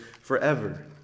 forever